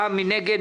מי נגד?